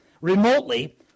remotely